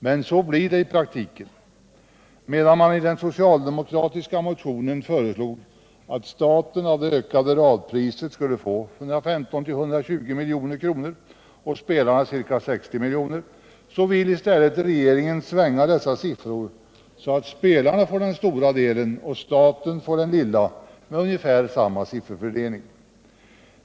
Men så blir det i praktiken. Medan man i den socialdemokratiska motionen föreslog att staten av det ökade radpriset skulle få 115-120 milj.kr. och spelarna ca 60 milj.kr. vill regeringen svänga dessa siffror så att spelarna får den stora delen och staten den lilla, med ungefär samma sifferfördelning.